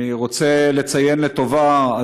אני רוצה לציין לטובה,